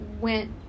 went